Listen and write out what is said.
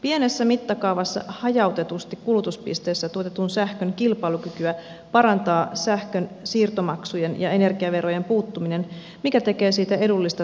pienessä mittakaavassa hajautetusti kulutuspisteissä tuotetun sähkön kilpailukykyä parantaa sähkön siirtomaksujen ja energiaverojen puuttuminen mikä tekee siitä edullista tavalliselle kuluttajalle